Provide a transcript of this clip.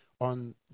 on